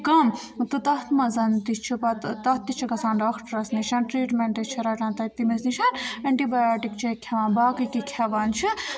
کَم تہٕ تَتھ منٛز تہِ چھُ پَتہٕ تَتھ تہِ چھُ گژھان ڈاکٹرَس نِش ٹریٖٹمینٹ چھِ رَٹان تَتہِ تٔمِس نِشن اینٹی بیاٹِک چھِ کھٮ۪وان باقٕے کیٚنٛہہ کھٮ۪وان چھِ